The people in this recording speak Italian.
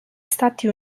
stati